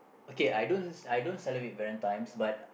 okay I don't I don't celebrate Valentines but